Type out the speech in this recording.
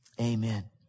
amen